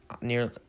nearly